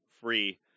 free